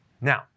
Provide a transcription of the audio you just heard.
Now